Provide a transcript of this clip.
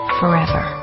forever